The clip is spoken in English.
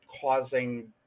causing